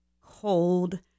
cold